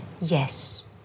Yes